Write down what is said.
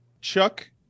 Chuck